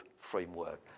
framework